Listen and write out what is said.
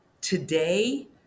today